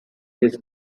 his